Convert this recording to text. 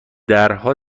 درها